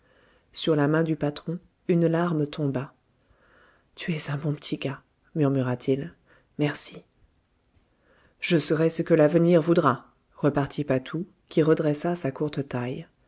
sur la main du patron une larme tomba tu es un bon petit gars murmura-t-il merci je serai ce que l'avenir voudra repartit patou qui redressa sa courte taille